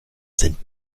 sind